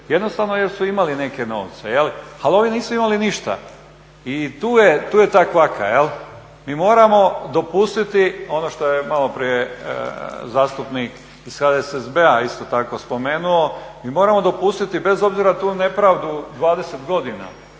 jednostavno jel su imali neke novce, a ovi nisu imali ništa i tu je ta kvaka. Mi moramo dopustiti ono što je malo prije zastupnik iz HDSSB-a isto tako spomenuo, mi moramo dopustiti bez obzira na tu nepravdu 20 godina